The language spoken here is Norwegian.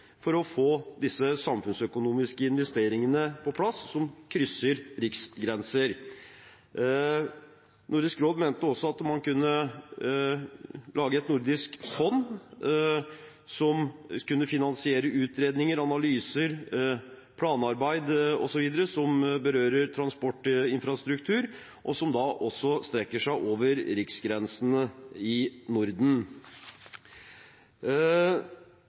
for å få på plass samfunnsøkonomiske investeringer som krysser riksgrenser. Nordisk råd mente også at man kunne lage et nordisk fond som kunne finansiere utredninger, analyser, planarbeid osv. som berører transportinfrastruktur, og som strekker seg over riksgrensene i Norden.